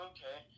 Okay